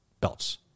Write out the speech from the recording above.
belts